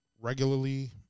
regularly